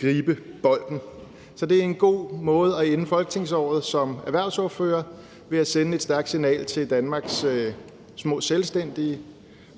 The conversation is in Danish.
gribe bolden. Så det er en god måde at ende folketingsåret på som erhvervsordfører, nemlig at sende et stærkt signal til Danmarks små selvstændige